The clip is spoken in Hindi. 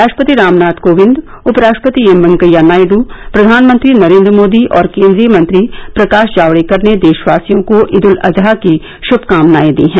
राष्ट्रपति रामनाथ कोविंद उपराष्ट्रपति एम वेंकैया नायड प्र्वानमंत्री नरेंद्र मोदी केन्द्रीय मंत्री प्रकाश जावडेकर देशवासियों को ईद उल अजहा की श्भकामनाएं दी है